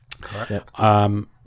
Correct